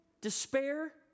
despair